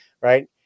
Right